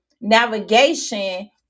navigation